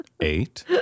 Eight